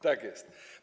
Tak jest.